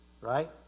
right